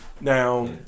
Now